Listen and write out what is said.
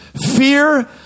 fear